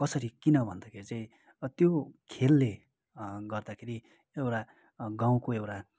कसरी किन भन्दाखेरि चाहिँ त्यो खेलले गर्दाखेरि एउटा गाउँको एउटा